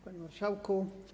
Panie Marszałku!